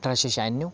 अठराशे शहाण्णव